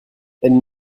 elle